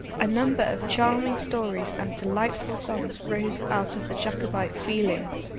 a number of charming stories and delightful songs arose out of the jacobite feelings,